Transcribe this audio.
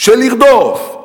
של לרדוף,